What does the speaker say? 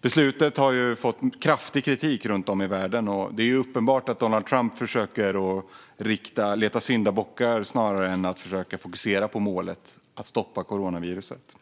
Beslutet har fått kraftig kritik runt om i världen. Det är uppenbart att Donald Trump försöker leta syndabockar snarare än fokusera på målet att stoppa coronaviruset.